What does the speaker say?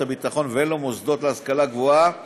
למערכת הביטחון ולמוסדות להשכלה גבוהה